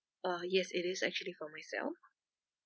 uh yes it is actually for myself